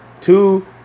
two